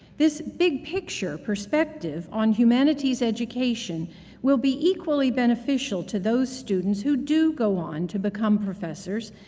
this big picture perspective on humanities education will be equally beneficial to those students who do go on to become professors,